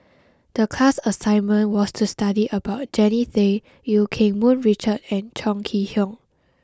the class assignment was to study about Jannie Tay Eu Keng Mun Richard and Chong Kee Hiong